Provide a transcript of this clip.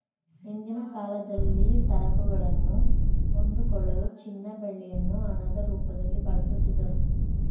ಹಿಂದಿನ ಕಾಲದಲ್ಲಿ ಸರಕುಗಳನ್ನು ಕೊಂಡುಕೊಳ್ಳಲು ಚಿನ್ನ ಬೆಳ್ಳಿಯನ್ನು ಹಣದ ರೂಪದಲ್ಲಿ ಬಳಸುತ್ತಿದ್ದರು